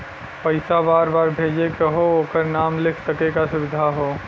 पइसा बार बार भेजे के हौ ओकर नाम लिख सके क सुविधा हौ